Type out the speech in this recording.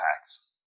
packs